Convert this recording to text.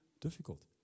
difficult